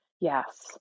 Yes